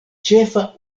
ĉefa